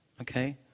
Okay